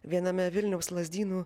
viename vilniaus lazdynų